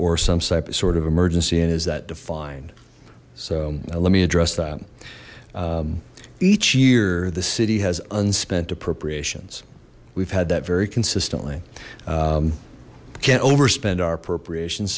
some sort of emergency and is that defined so let me address that each year the city has unspent appropriations we've had that very consistently can't overspend our appropriation